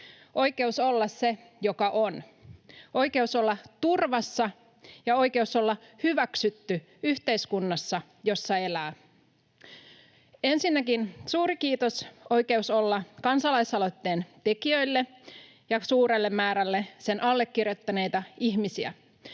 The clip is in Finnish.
Oikeus olla se, joka on. Oikeus olla turvassa ja oikeus olla hyväksytty yhteiskunnassa, jossa elää. Ensinnäkin suuri kiitos Oikeus olla -kansalaisaloitteen tekijöille ja suurelle määrälle sen allekirjoittaneita ihmisiä.